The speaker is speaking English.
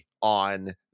on